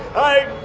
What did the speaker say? i